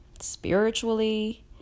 spiritually